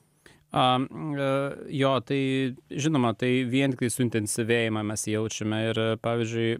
a jo tai žinoma tai vien kai suintensyvėjimą mes jaučiame ir pavyzdžiui